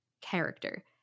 character